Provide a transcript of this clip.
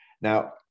Now